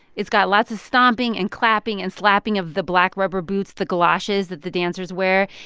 it's got lots of stomping and clapping and slapping of the black, rubber boots, the galoshes, that the dancers wear.